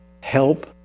help